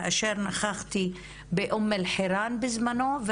כאשר נכחתי באום אל-חיראן בזמנו,